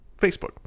Facebook